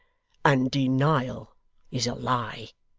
and denial is a lie